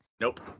Nope